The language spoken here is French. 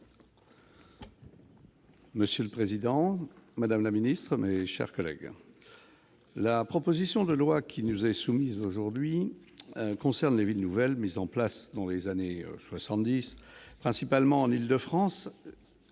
Monsieur le président, madame la secrétaire d'État, mes chers collègues, la proposition de loi qui nous est soumise aujourd'hui concerne les « villes nouvelles », mises en place dans les années 70, principalement en Île-de-France.